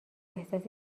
احساس